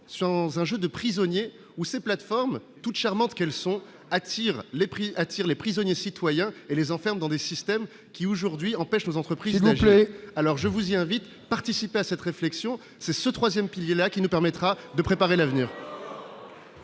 dans un jeu de prisonniers ou ces plateformes toute charmante quels sont attire les prix attire les prisonniers citoyen et les enferme dans des systèmes qui aujourd'hui empêchent les entreprises alors je vous y invite à participer à cette réflexion, c'est ce 3ème pilier-là qui nous permettra de préparer l'avenir.